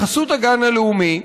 בחסות הגן הלאומי,